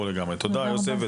תודה רבה, יוסף.